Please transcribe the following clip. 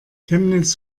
chemnitz